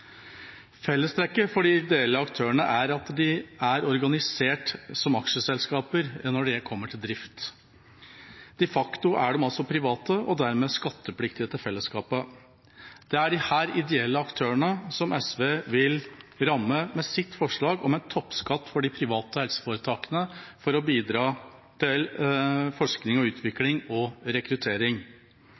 Fellestrekket for de ideelle aktørene er at de er organisert som aksjeselskaper når det kommer til drift. De facto er de altså private og dermed skattepliktige til fellesskapet. Det er disse ideelle aktørene SV vil ramme med sitt forslag om en toppskatt for de private helseforetakene for å bidra til forskning og utvikling og rekruttering.